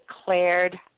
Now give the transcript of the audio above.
declared